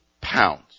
pounds